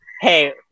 hey